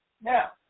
Now